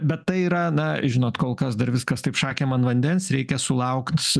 bet tai yra na žinot kol kas dar viskas taip šakėm ant vandens reikia sulaukt